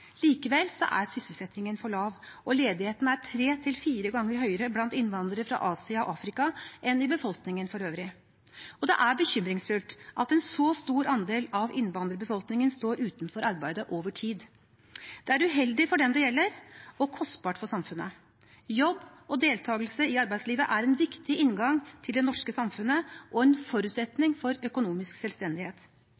er sysselsettingen for lav, og ledigheten er tre–fire ganger høyere blant innvandrere fra Asia og Afrika enn i befolkningen for øvrig. Det er bekymringsfullt at en så stor andel av innvandrerbefolkningen står utenfor arbeid over tid. Det er uheldig for den det gjelder, og kostbart for samfunnet. Jobb og deltakelse i arbeidslivet er en viktig inngang til det norske samfunnet og en